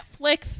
Netflix